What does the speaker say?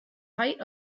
height